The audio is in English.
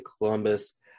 Columbus